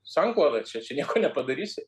sankloda čia čia nieko nepadarysi